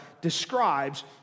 describes